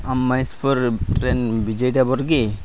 ᱟᱢ ᱢᱚᱦᱮᱥᱯᱩᱨ ᱨᱮᱱ ᱵᱤᱡᱚᱭ ᱰᱨᱟᱭᱵᱷᱟᱨ ᱜᱮ